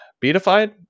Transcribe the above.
Beatified